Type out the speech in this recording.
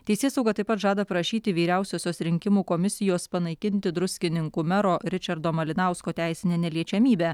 teisėsauga taip pat žada prašyti vyriausiosios rinkimų komisijos panaikinti druskininkų mero ričardo malinausko teisinę neliečiamybę